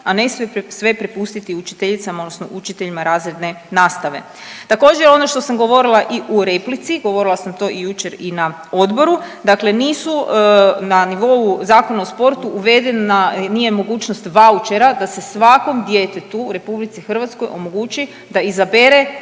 a ne sve prepustiti učiteljicama odnosno učiteljima razredne nastave. Također ono što sam govorila i u replici, govorila sam to i jučer i na odboru, dakle nisu na nivou Zakona o sportu uvedena, nije mogućnost vaučera, da se svakom djetetu u RH omogući da izabere